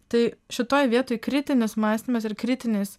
tai šitoj vietoj kritinis mąstymas ir kritinis